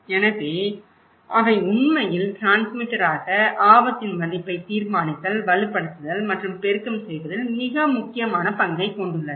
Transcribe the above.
எனவே அவை உண்மையில் டிரான்ஸ்மிட்டர் ஆக ஆபத்தின் மதிப்பை தீர்மானித்தல் வலுப்படுத்துதல் மற்றும் பெருக்கம் செய்வதில் மிக முக்கியமான பங்கைக் கொண்டுள்ளன